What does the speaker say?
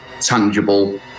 tangible